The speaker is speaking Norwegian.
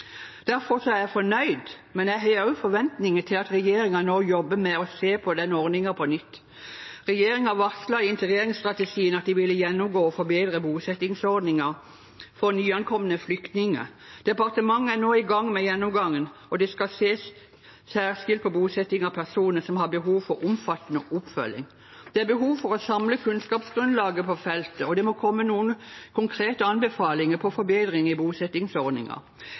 Derfor er jeg fornøyd, men jeg har også forventninger til at regjeringen nå jobber med å se på den ordningen på nytt. Regjeringen varslet i integreringsstrategien at de ville gjennomgå og forbedre bosettingsordningen for nyankomne flyktninger. Departementet er nå i gang med gjennomgangen, og det skal ses særskilt på bosetting av personer som har behov for omfattende oppfølging. Det er behov for å samle kunnskapsgrunnlaget på feltet, og det må komme noen konkrete anbefalinger om forbedring i